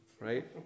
right